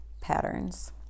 patterns